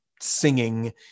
singing